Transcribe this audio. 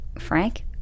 Frank